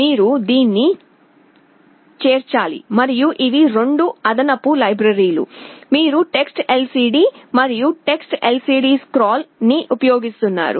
మీరు దీన్ని చేర్చాలి మరియు ఇవి రెండు అదనపు లైబ్రరీలు మీరు TextLCD మరియు TextLCDScroll ని ఉపయోగిస్తున్నారు